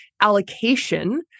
allocation